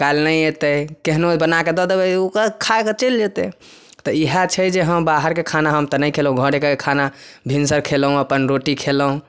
काल्हि नहि अयतै केहनो बनाकऽ दऽ दबै ओ खाकऽ चलि जेतै तऽ इएह छै जे हँ बाहरके खाना हम तऽ नहि खेलौ घरेके खाना भिनसर खेलहुॅं अपन रोटी खेलहुॅं